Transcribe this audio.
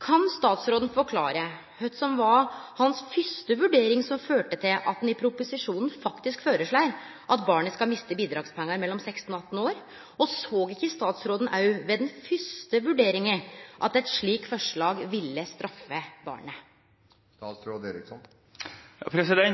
Kan statsråden forklare kva som var hans fyrste vurdering som førte til at han i proposisjonen faktisk føreslo at barna skal miste bidragspengar når dei er mellom 16 og 18 år? Såg ikkje statsråden òg ved den fyrste vurderinga at eit slikt forslag ville straffe barna? Det er